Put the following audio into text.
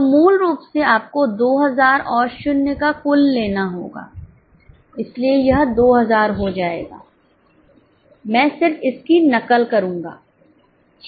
तो मूल रूप से आपको 2000 और शून्य का कुल लेना होगा इसलिए यह 2000 हो जाएगा मैं सिर्फ इसकी नकल करूंगा ठीक है